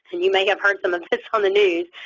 and you may have heard some of this on the news,